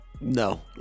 No